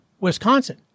Wisconsin